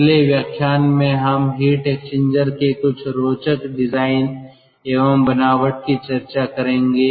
अगले व्याख्यान में हम हीट एक्सचेंजर के कुछ रोचक डिजाइन एवं बनावट की चर्चा करेंगे